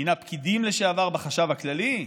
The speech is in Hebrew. מינה פקידים לשעבר בחשב הכללי.